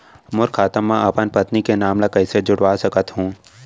मोर खाता म अपन पत्नी के नाम ल कैसे जुड़वा सकत हो?